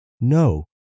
No